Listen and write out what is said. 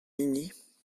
hini